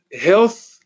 health